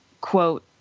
quote